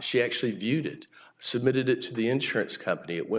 she actually viewed it submitted it to the insurance company it went